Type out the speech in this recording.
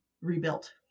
rebuilt